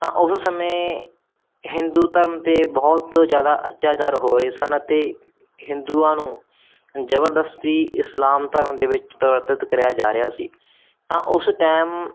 ਤਾਂ ਉਸ ਸਮੇਂ ਹਿੰਦੂ ਧਰਮ 'ਤੇ ਬਹੁਤ ਜ਼ਿਆਦਾ ਅੱਤਿਆਚਾਰ ਹੋ ਰਹੇ ਸਨ ਅਤੇ ਹਿੰਦੂਆਂ ਨੂੰ ਜ਼ਬਰਦਸਤੀ ਇਸਲਾਮ ਧਰਮ ਦੇ ਵਿੱਚ ਪ੍ਰਵਰਤਿਤ ਕਰਿਆ ਜਾ ਰਿਹਾ ਸੀ ਤਾਂ ਉਸ ਟਾਈਮ